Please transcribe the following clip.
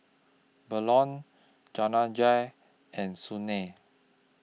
Bellur Jehangirr and Sunil